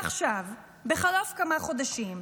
עכשיו, בחלוף כמה שנים,